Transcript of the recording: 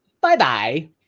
Bye-bye